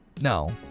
No